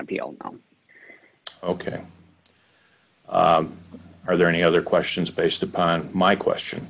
appeal ok are there any other questions based upon my question